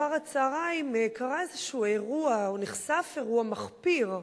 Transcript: אחר-הצהריים קרה איזשהו אירוע או נחשף אירוע מחפיר,